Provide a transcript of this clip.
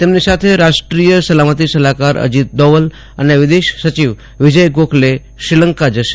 તેમની સાથે રાષ્ટ્રીય સલામતિ સલાહકાર અજીત દોવલ અને વિદેશ સચિવ વિજય ગોખલે શ્રીલંકા જશે